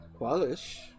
Qualish